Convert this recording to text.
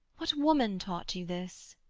what woman taught you this